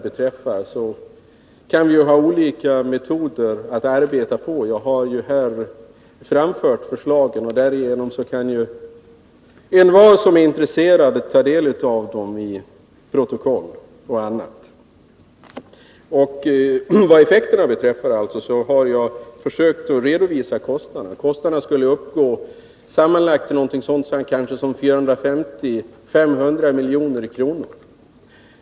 beträffar, kan vi ha olika metoder att arbeta på. Jag har här framfört förslagen, och därigenom kan envar som är intresserad ta del av dem i protokoll och på annat sätt. Vad alltså effekterna beträffar har jag försökt redovisa kostnaderna. De skulle uppgå till sammanlagt kanske 450-500 milj.kr.